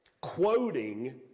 quoting